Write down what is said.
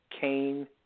cane